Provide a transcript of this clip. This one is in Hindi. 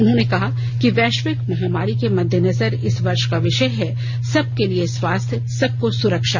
उन्होंने कहा कि वैश्विक महामारी के मद्देनजर इस वर्ष का विषय है सबके लिए स्वास्थ्य सबको सुरक्षा